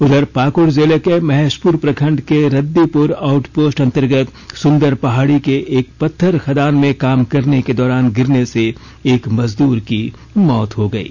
उधर पाकुड़ जिले के महेशपुर प्रखंड के रद्दीपुर आउटपोस्ट अन्तर्गत सुंदरपहाड़ी के एक पत्थर खदान में काम करने के दौरान गिरने से मजदूर की मौत हो गयी